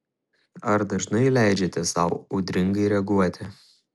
ar dažnai leidžiate sau audringai reaguoti